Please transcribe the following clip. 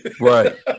right